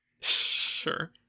Sure